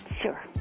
Sure